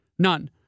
None